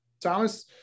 Thomas